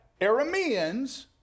Arameans